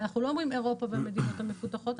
אנחנו לא אומרים אירופה והמדינות המפותחות,